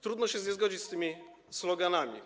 Trudno się nie zgodzić z tymi sloganami.